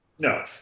No